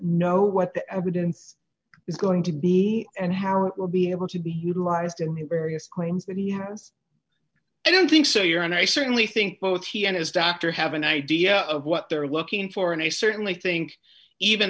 know what the evidence is going to be and how far will be able to be utilized in his various crimes that he happens i don't think so your and i certainly think both he and his doctor have an idea of what they're looking for and i certainly think even